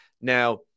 Now